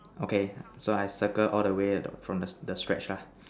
okay so I circle all the way from the the stretch lah